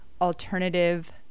alternative